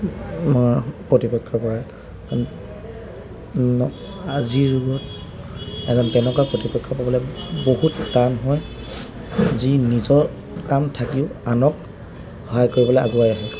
মই প্ৰতিপক্ষৰপৰাই কাৰণ আজিৰ যুগত এজন তেনেকুৱা প্ৰতিপক্ষ পাবলৈ বহুত টান হয় যি নিজৰ কাম থাকিও আনক সহায় কৰিবলৈ আগুৱাই আহে